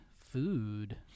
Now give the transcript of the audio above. food